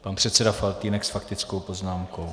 Pan předseda Faltýnek s faktickou poznámkou.